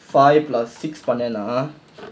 five plus six பண்ணேனா:pannaenaa ah